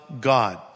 God